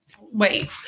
wait